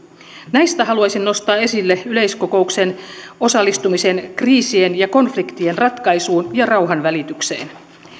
näistä haluaisin nostaa esille yleiskokouksen osallistumisen kriisien ja konfliktien ratkaisuun ja rauhanvälitykseen